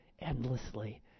endlessly